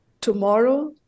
Tomorrow